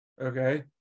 okay